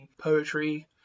poetry